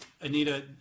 Anita